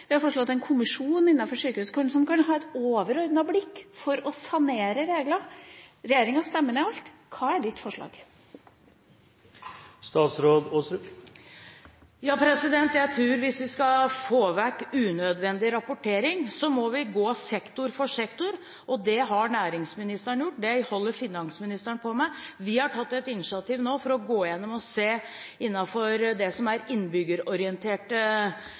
Vi har foreslått en kommisjon innenfor sykehusene som kan ha et overordnet blikk for å sanere regler. Regjeringa stemmer ned alt. Hva er statsrådens forslag? Jeg tror at hvis vi skal få vekk unødvendig rapportering, må vi ta sektor for sektor, og det har næringsministeren gjort. Det holder finansministeren på med. Vi har tatt et initiativ nå for å gå igjennom det som er innbyggerorienterte løsninger og se om vi kan forenkle mer der. Men i det